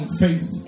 faith